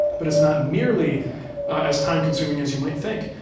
but it's not nearly as time consuming as you might think.